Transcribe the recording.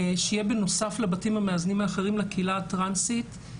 שיהיה בנוסף לבתים המאזנים האחרים לקהילה הטרנסית,